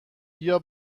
بیا